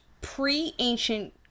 pre-ancient